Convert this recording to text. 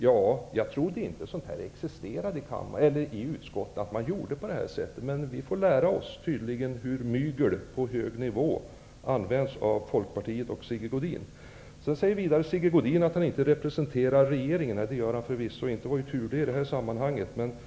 Jag trodde inte att sådant här existerade i utskottsarbetet. Men vi får nu lära oss hur mygel på hög nivå används av Folkpartiet och Sigge Godin. Sigge Godin säger vidare att han inte representerar regeringen. Det gör han förvisso inte. I det här sammanhanget är det väl tur.